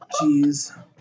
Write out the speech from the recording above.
Jeez